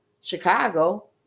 Chicago